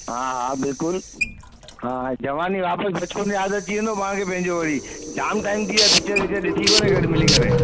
हा हा बिल्कुलु हा हा जवानी वापसि बचपन में यादि अची वेंदो मूंखे पंहिंजो वरी जाम टाईम थि विया पिचर ॾिसे ॾिठी कोन्हे गॾु मिली करे